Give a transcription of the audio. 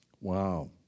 Wow